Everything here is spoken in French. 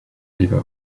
river